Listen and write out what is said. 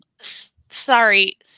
sorry